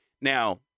Now